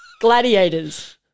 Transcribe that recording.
Gladiators